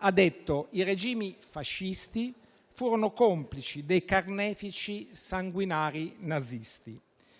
dicendo che i regimi fascisti furono complici dei sanguinari carnefici nazisti.